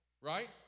right